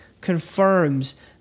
confirms